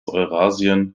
eurasien